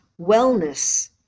wellness